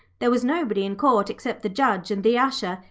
there was nobody in court except the judge and the usher,